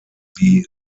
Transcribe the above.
die